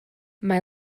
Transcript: mae